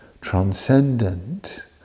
transcendent